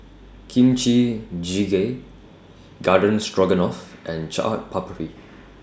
Kimchi Jjigae Garden Stroganoff and Chaat Papri